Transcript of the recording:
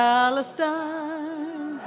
Palestine